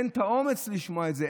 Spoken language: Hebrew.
אין את האומץ לשמוע את זה,